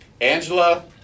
Angela